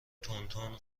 تندتند